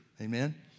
Amen